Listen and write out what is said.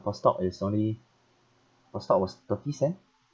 per stock is only per stock was thirty cent